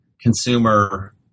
consumer